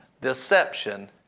deception